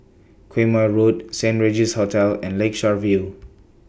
Quemoy Road Saint Regis Hotel and Lakeshore View